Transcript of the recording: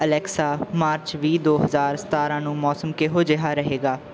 Alexa March ਵੀਹ ਦੋ ਹਜ਼ਾਰ ਸਤਾਰ੍ਹਾਂ ਨੂੰ ਮੌਸਮ ਕਿਹੋ ਜਿਹਾ ਰਹੇਗਾ